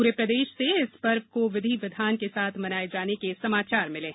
पूरे प्रदेष से इस पर्व को विधि विधान के साथ मनाए जाने के समाचार है